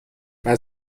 باید